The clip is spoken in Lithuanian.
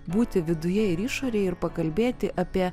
būti viduje ir išorėje ir pakalbėti apie